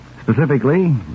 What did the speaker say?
Specifically